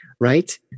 right